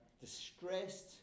distressed